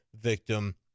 victim